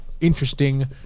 interesting